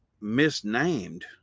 misnamed